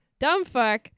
Dumbfuck